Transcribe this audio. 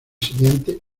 siguiente